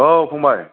औ फंबाय